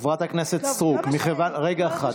חברת הכנסת סטרוק, מכיוון, טוב, לא משנה.